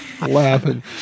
laughing